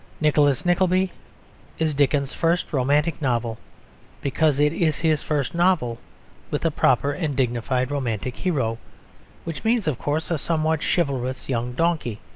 nicholas nickleby is dickens's first romantic novel because it is his first novel with a proper and dignified romantic hero which means, of course, a somewhat chivalrous young donkey.